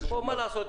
פה, מה לעשות?